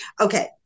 Okay